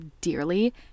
dearly